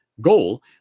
goal